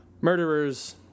murderers